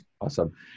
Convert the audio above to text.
Awesome